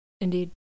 Indeed